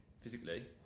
physically